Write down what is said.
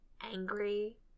angry